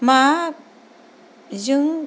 माजों